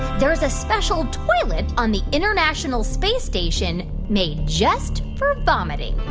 there is a special toilet on the international space station made just for vomiting?